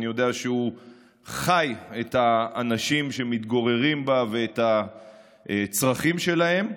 אני יודע שהוא חי את האנשים שמתגוררים בה ואת הצרכים שלהם,